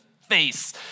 face